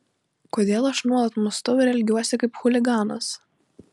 kodėl aš nuolat mąstau ir elgiuosi kaip chuliganas